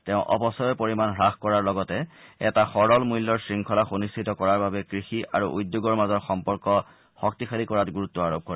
তেওঁ অপচয়ৰ পৰিমাণ হ্ৰাস কৰাৰ লগতে এটা সৰল মূল্যৰ শৃংখলা সুনিশ্চিত কৰাৰ বাবে কৃষি আৰু উদ্যোগৰ মাজৰ সম্পৰ্ক শক্তিশালী কৰাত গুৰুত্ আৰোপ কৰে